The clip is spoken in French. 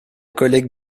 collègue